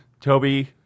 Toby